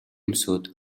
өмсөөд